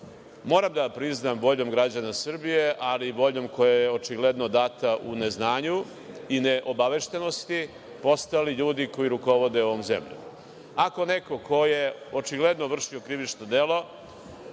moram da vam priznam, voljom građana Srbije, ali voljom koja je očigledno data u neznanju i neobaveštenosti postali ljudi koji rukovode ovom zemljom. Ako neko ko je očigledno vršio krivično delo,